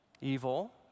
evil